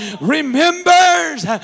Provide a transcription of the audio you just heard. remembers